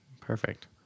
Perfect